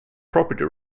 property